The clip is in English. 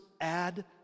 add